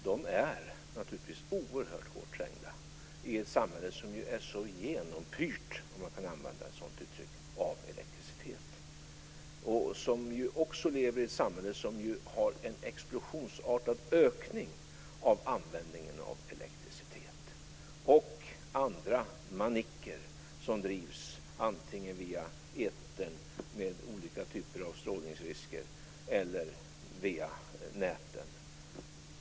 De är naturligtvis oerhört hårt trängda i ett samhälle som är så genompyrt av elektricitet. De lever i ett samhälle som också har en explosionsartad ökning av användningen av elektricitet och andra manicker som drivs antingen via etern med olika typer av strålningsrisker eller via näten.